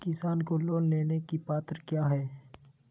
किसान को लोन लेने की पत्रा क्या है?